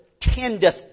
tendeth